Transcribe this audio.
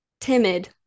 Timid